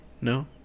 No